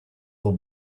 will